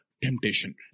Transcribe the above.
temptation